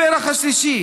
הפרח השלישי